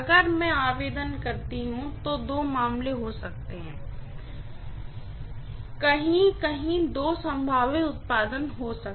में आवेदन करती हूँ तो दो मामले हो सकते हैं दो मामले हो सकते हैं और कहीं कहीं दो संभावित उत्पादन हो सकते हैं